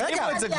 תפנימו את זה כבר.